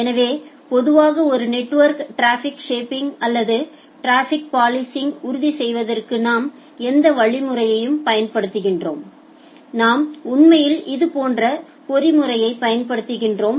எனவே பொதுவாக ஒரு நெட்வொர்கில் ட்ராஃபிக் ஷேப்பிங் அல்லது ட்ராஃபிக் பாலிசிங்யை உறுதி செய்வதற்கு நாம் எந்த வழிமுறையைப் பயன்படுத்துகிறோம் நாம் உண்மையில் இதேபோன்ற பொறிமுறையைப் பயன்படுத்துகிறோம்